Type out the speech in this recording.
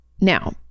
Now